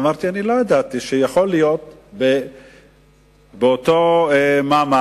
אמרתי: אני לא ידעתי שיכול להיות אותו מעמד